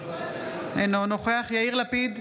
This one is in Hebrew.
אינו נוכח יאיר לפיד,